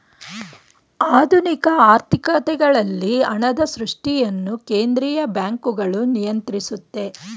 ಆಧುನಿಕ ಆರ್ಥಿಕತೆಗಳಲ್ಲಿ ಹಣದ ಸೃಷ್ಟಿಯನ್ನು ಕೇಂದ್ರೀಯ ಬ್ಯಾಂಕ್ಗಳು ನಿಯಂತ್ರಿಸುತ್ತೆ